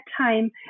time